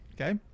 Okay